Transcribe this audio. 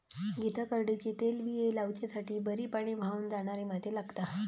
गीता करडईचे तेलबिये लावच्यासाठी बरी पाणी व्हावन जाणारी माती लागता